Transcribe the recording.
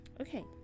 okay